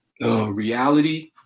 Reality